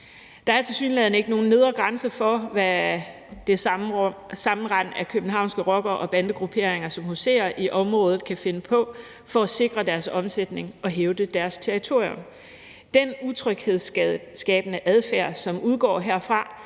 Der er tilsyneladende ikke nogen nedre grænse for, hvad det sammenrend af københavnske rockere og bandegrupperinger, som huserer i området, kan finde på for at sikre deres omsætning og hævde deres territorium. Den utryghedsskabende adfærd, som udgår herfra,